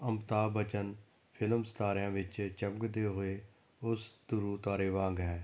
Amitabh Bachchan film ਸਿਤਾਰਿਆਂ ਵਿੱਚ ਚਮਕਦੇ ਹੋਏ ਉਸ ਧਰੂ ਤਾਰੇ ਵਾਂਗ ਹੈ